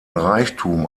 reichtum